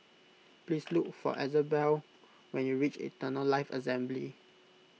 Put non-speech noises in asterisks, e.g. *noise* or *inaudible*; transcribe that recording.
please *noise* look for Isabelle when you reach Eternal Life Assembly